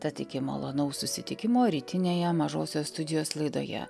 tad iki malonaus susitikimo rytinėje mažosios studijos laidoje